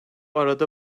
arada